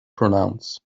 pronounce